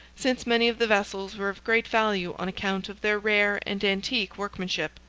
since many of the vessels were of great value on account of their rare and antique workmanship,